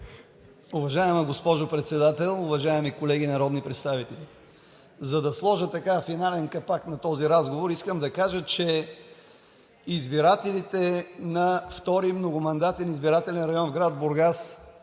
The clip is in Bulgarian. Уважаема госпожо Председател, уважаеми колеги народни представители! За да сложа финален капак на този разговор, искам да кажа, че избирателите на Втори многомандатен избирателен район в град Бургас